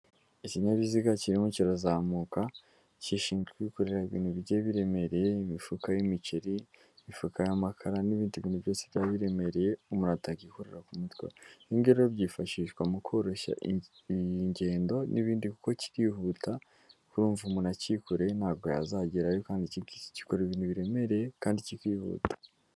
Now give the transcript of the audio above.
Ikinyabiziga kirimo kirazamuka gishinzwe kwikorera ibintu bigiye biremereye; imifuka y'imiceri, ifuka amakara, n'ibindi bintu byose byari biremereye umuntu atakwikorera ku mutwe. Ibi ngibi rero byifashishwa mu koroshya ingendo n'ibindi kuko kirihuta urumva umuntu akikoreye ntabwo yazagerayo, kandi iki ngiki kikorera ibintu biremereye kandi kikihuta.